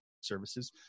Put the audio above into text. services